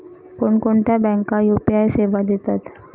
कोणकोणत्या बँका यू.पी.आय सेवा देतात?